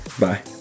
Bye